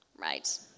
Right